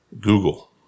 Google